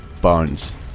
Bones